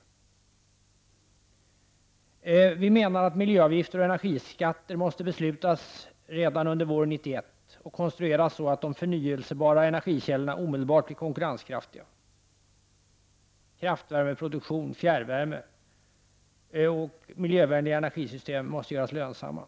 Vi menar att vi måste fatta beslut om miljöavgifter och energiskatt redan under våren 1991 och konstruera dem så att förnyelsebara energikällor omedelbart blir konkurrenskraftiga. Kraftvärmeproduktion, fjärrvärme och miljövänliga energisystem måste göras lönsamma.